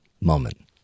moment